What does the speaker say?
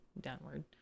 downward